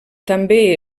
també